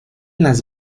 las